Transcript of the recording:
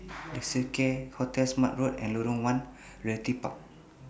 The Seacare Hotel Smart Road and Lorong one Realty Park